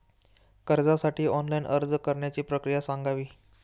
कर्जासाठी ऑनलाइन अर्ज करण्याची प्रक्रिया सांगावी